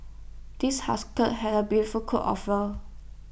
this have beautiful coat of fur